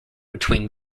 between